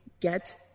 Get